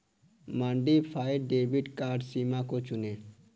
modified debit card सीमा को चुनें